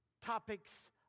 topics